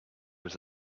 was